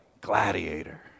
Gladiator